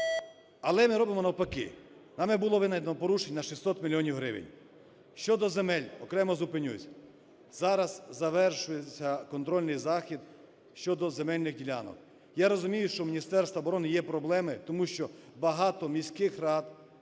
але ми робимо навпаки. Нами було виявлено порушень на 600 мільйонів гривень. Щодо земель окремо зупинюсь. Зараз завершується контрольний захід щодо земельних ділянок. Я розумію, що у Міністерства оборони є проблеми, тому що багато міських рад